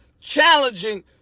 challenging